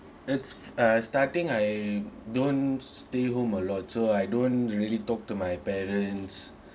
it's uh starting I don't stay home a lot so I don't really talk to my parents